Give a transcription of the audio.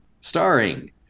Starring